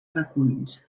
reculls